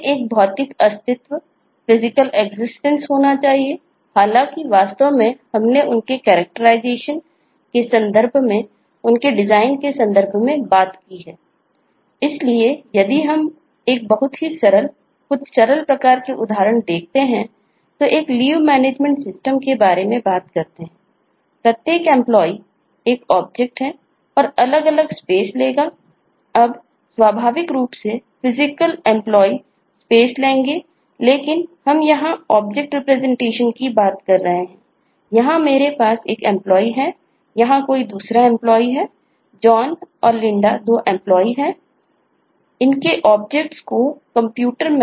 इसलिए यदि हम एक बहुत ही सरल कुछ सरल प्रकार के उदाहरण देखते हैं तो एक लीव मैनेजमेंट सिस्टमलेंगे